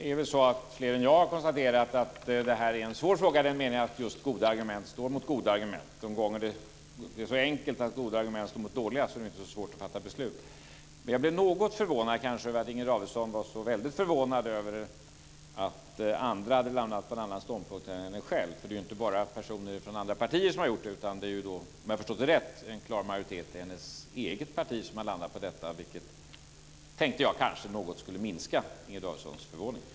Fru talman! Fler än jag har konstaterat att det här är en svår fråga i den meningen att goda argument står mot goda argument. De gånger det är så enkelt att goda argument står mot dåliga är det inte så svårt att fatta beslut. Jag blev något förvånad över att Inger Davidson var så väldigt förvånad över att andra hade landat på en annan ståndpunkt än vad hon själv gjort. Det är ju inte bara personer från andra partier som har gjort det, utan det är, om jag har förstått det rätt, även en klar majoritet i hennes eget parti. Det tänkte jag kanske något skulle minska Inger Davidsons förvåning.